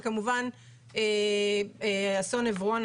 וכמובן אסון עברונה.